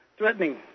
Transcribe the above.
Threatening